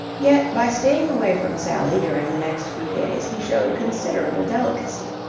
yet, by staying away from sally during the next few days he showed considerable delicacy.